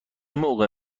موقع